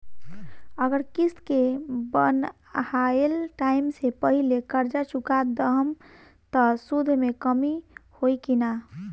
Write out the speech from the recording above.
अगर किश्त के बनहाएल टाइम से पहिले कर्जा चुका दहम त सूद मे कमी होई की ना?